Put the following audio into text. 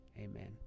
Amen